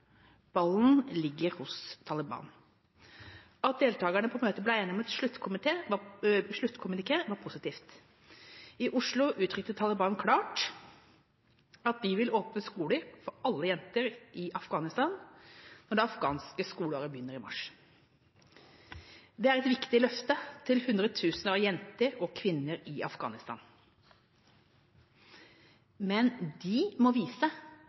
Ballen ligger hos Taliban. At deltagerne på møtet ble enige om et sluttkommuniké, var positivt. I Oslo uttrykte Taliban klart at de vil åpne skoler for alle jenter i Afghanistan når det afghanske skoleåret begynner i mars. Det er et viktig løfte til hundretusener av jenter og kvinner i Afghanistan, men de må vise